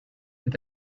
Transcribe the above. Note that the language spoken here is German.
mit